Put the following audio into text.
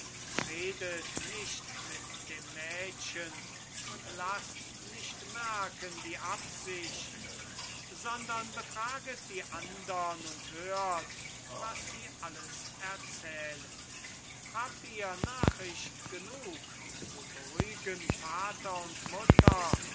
redet nicht mit dem mädchen und laßt nicht merken die absicht sondern befraget die andern und hört was sie alles erzählen habt ihr nachricht genug zu beruhigen vater und mutter